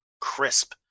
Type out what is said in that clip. crisp